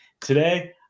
Today